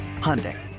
Hyundai